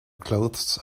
clothes